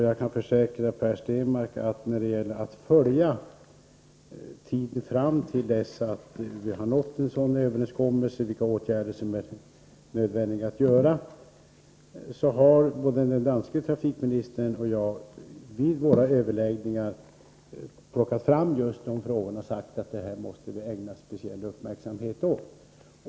Jag kan försäkra Per Stenmarck att den danske trafikministern och jag vid våra överläggningar har framhållit att man måste ägna speciell uppmärksamhet åt att följa vilka åtgärder som är nödvändiga att vidta under tiden till dess att vi har nått en sådan överenskommelse.